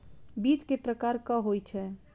बीज केँ प्रकार कऽ होइ छै?